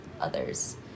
others